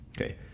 Okay